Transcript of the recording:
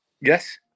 Yes